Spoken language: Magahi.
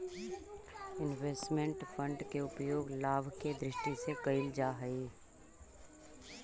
इन्वेस्टमेंट फंड के उपयोग लाभ के दृष्टि से कईल जा हई